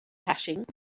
hashing